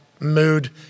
mood